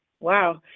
Wow